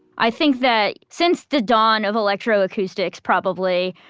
i think that since the dawn of electro acoustics probably,